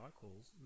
calls